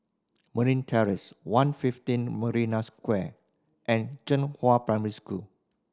Marine Terrace One fifteen Marina Square and Zhenghua Primary School